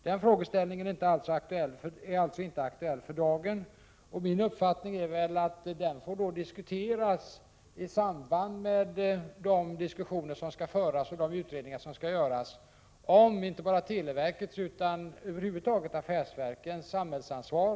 Den frågan är inte aktuell för dagen, och min uppfattning är att den får behandlas i samband med de diskussioner som skall föras och de utredningar som skall göras om inte bara televerkets utan över huvud taget affärsverkens samhällsansvar.